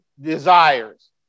desires